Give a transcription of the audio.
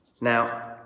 Now